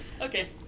Okay